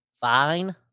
fine